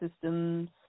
systems